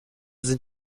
sind